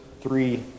three